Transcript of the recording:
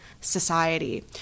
society